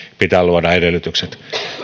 pitää luoda edellytykset